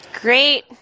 great